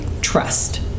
trust